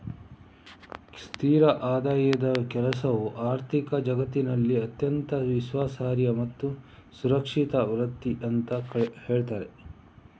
ಸ್ಥಿರ ಆದಾಯದ ಕೆಲಸವು ಆರ್ಥಿಕ ಜಗತ್ತಿನಲ್ಲಿ ಅತ್ಯಂತ ವಿಶ್ವಾಸಾರ್ಹ ಮತ್ತು ಸುರಕ್ಷಿತ ವೃತ್ತಿ ಅಂತ ಹೇಳ್ತಾರೆ